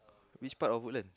which part of Woodland